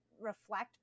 reflect